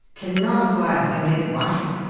to nosworth and his wife!